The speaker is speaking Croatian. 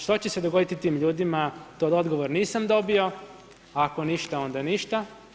Što će se dogoditi tim ljudima, taj odgovor nisam dobio, ako ništa onda ništa.